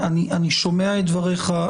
אני שומע את דבריך.